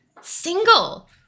single